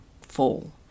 fall